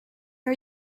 are